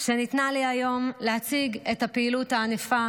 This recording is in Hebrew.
שניתנה לי היום להציג את הפעילות הענפה